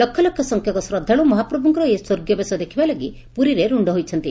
ଲକ୍ଷ ଲକ୍ଷ ସଂଖ୍ୟକ ଶ୍ରଦ୍ଧାଳ ମହାପ୍ରଭ୍ତଙ୍କର ଏହି ସ୍ୱରୀୟ ବେଶ ଦେଖବା ଲାଗି ପ୍ରରୀରେ ର୍ ହୋଇଛନ୍ତି